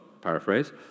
paraphrase